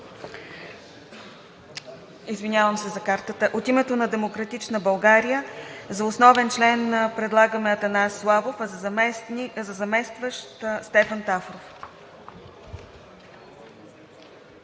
ЙОРДАНОВА (ДБ): От името на „Демократична България“ за основен член предлагаме Атанас Славов, а за заместващ Стефан Тафров.